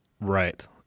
Right